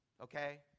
okay